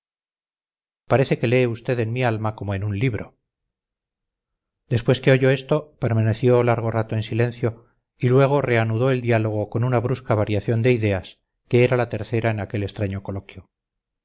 parece que lee usted en mi alma como en un libro después que oyó esto permaneció largo rato en silencio y luego reanudó el diálogo con una brusca variación de ideas que era la tercera en aquel extraño coloquio